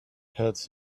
hurts